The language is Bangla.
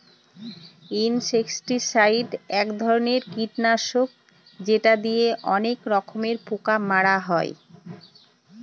ইনসেক্টিসাইড এক ধরনের কীটনাশক যেটা দিয়ে অনেক রকমের পোকা মারা হয়